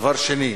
דבר שני,